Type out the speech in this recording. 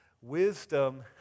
Wisdom